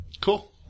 Cool